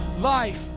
life